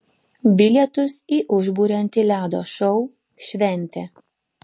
bilietus į užburiantį ledo šou šventė